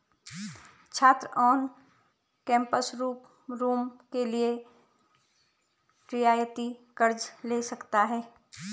छात्र on campus room के लिए रियायती कर्ज़ ले सकता है